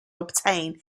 obtain